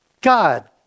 God